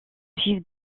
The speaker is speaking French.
suivent